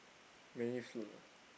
many food ah